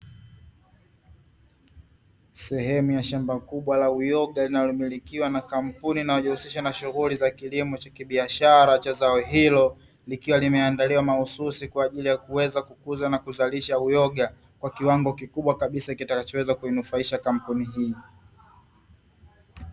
Sehemu ya shamba kubwa la uyoga linalomilikiwa na kampuni inayojihusisha na shughuli za kilimo cha kibiashara cha zao hilo likiwa limeandaliwa mahususi kwa ajili ya kuweza kukuza na kuzalisha uyoga kwa kiwango kikubwa kabisa kitakachoweza kuinufaisha kampuni hii.